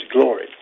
glory